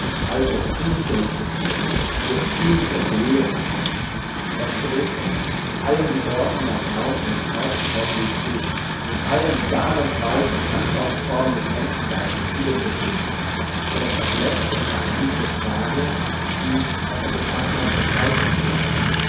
alles auf ihn zurückzuführen durch ihn zu erklären er strebt darnach in allem die ordnung nach raum und zeit und kausalität in allem die daseinsweisen und anschauungsformen des menschengeistes wiederzufinden sodaß als letzte abschließende frage die nach der beschaffenheit dieses geistes bleibt